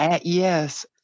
Yes